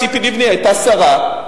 ציפי לבני היתה שרה,